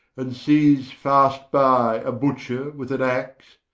and sees fast-by, a butcher with an axe,